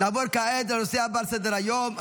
נעבור כעת לנושא הבא על סדר-היום,